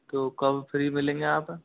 तो कब फ्री मिलेंगे आप